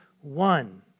one